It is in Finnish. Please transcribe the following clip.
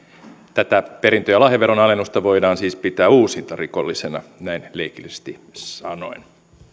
tätä perintö ja lahjaveron alennusta voidaan siis pitää uusintarikollisena näin leikillisesti sanoen